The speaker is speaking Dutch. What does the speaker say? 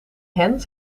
hen